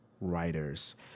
writers